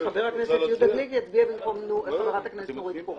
וחבר הכנסת יהודה גליק יצביע במקום חברת הכנסת נורית קורן.